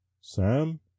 Sam